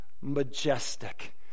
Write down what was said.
majestic